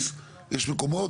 ברור שיש את האחוזים,